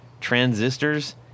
transistors